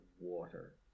water